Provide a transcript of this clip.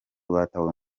batawe